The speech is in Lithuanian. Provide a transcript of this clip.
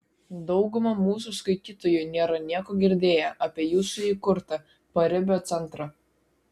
dauguma mūsų skaitytojų nėra nieko girdėję apie jūsų įkurtą paribio centrą